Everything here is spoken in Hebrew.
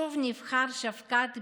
שוב נבחר שבקט מירזייאיב,